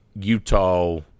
utah